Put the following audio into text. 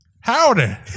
Howdy